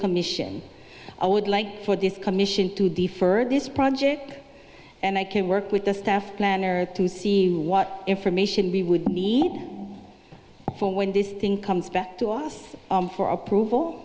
commission i would like for this commission to deferred this project and i can work with the staff planner to see what information we would need for when this thing comes back to us for approval